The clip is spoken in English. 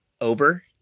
over